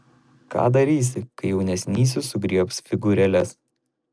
ką darysi kai jaunesnysis sugriebs figūrėles